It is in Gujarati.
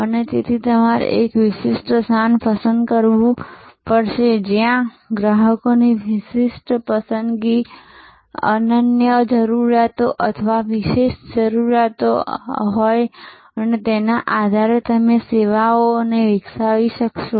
અને તેથી તમારે એક વિશિષ્ટ સ્થાન પસંદ કરવું પડશે જ્યાં ગ્રાહકોની વિશિષ્ટ પસંદગી અનન્ય જરૂરિયાતો અથવા વિશેષ જરૂરિયાતો હોય અને તેના આધારે તમે સેવાઓ વિકસાવી શકશો